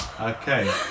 Okay